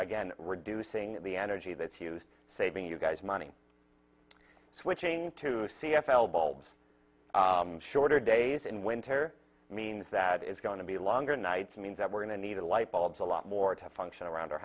again reducing the energy that's used saving you guys money switching to c f l bulbs shorter days in winter means that is going to be longer nights means that we're going to need to light bulbs a lot more to function around our